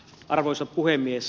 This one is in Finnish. arvoisa puhemies